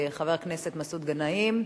חבר הכנסת מסעוד גנאים.